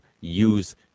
use